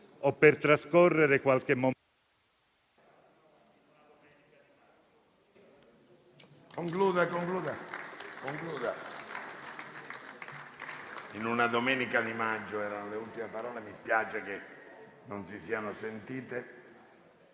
o per trascorrere qualche momento...